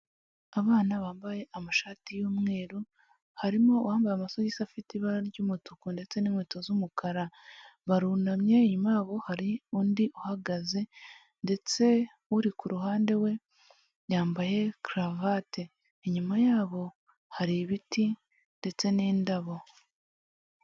Abana bambaye amashati y'umweru, harimo uwambaye amasogisi afite ibara ry'umutuku ndetse n'inkweto z'umukara, barunamye inyuma yabo hari undi uhagaze ndetse uri ku ruhande we yambaye karavate, inyuma yabo hari ibiti ndetse n'indabo.